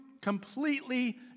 completely